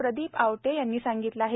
प्रदीप आवटे यांनी सांगितलं आहे